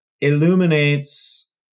illuminates